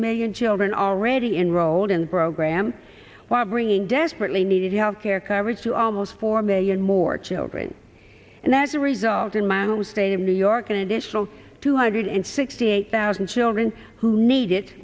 million children already enrolled in program while bringing desperately needed health care coverage to almost four million more children and as a result in my home state of new york an additional two hundred and sixty eight thousand children who need it